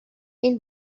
این